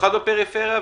במיוחד בפריפריה,